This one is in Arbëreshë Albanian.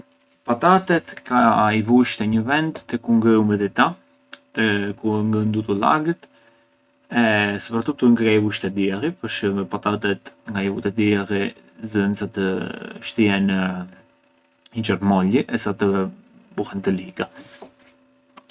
Patatet ka i vush te një vend te ku ngë ë umidita, ku ngë ndutu lagët e sopratuttu ngë ka i vush te dialli, përçë patatet nga i vu te dialli zënë sa të shtien i germogli e sa të buhen të liga.